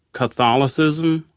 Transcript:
catholicism,